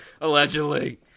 Allegedly